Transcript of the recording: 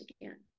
again